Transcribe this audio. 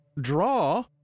draw